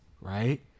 right